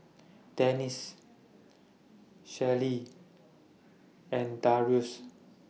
Dennis Shirlee and Darrius